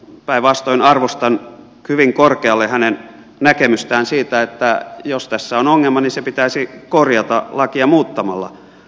päinvastoin arvostan hyvin korkealle hänen näkemystään siitä että jos tässä on ongelma niin se pitäisi korjata lakia muuttamalla